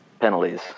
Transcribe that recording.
penalties